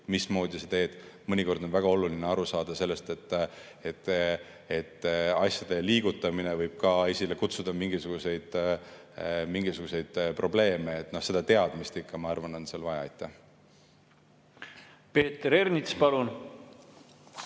mismoodi sa seda teed. Mõnikord on väga oluline aru saada sellest, et asjade liigutamine võib ka esile kutsuda mingisuguseid probleeme. Seda teadmist, ma arvan, on vaja. Peeter Ernits, palun!